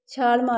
ਛਾਲ ਮਾਰ